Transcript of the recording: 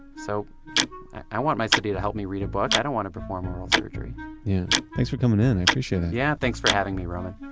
so i want my city to help me read a book. i don't want to perform oral surgery yeah. thanks for coming in. i appreciate that yeah. thanks for having me, roman